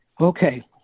Okay